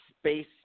space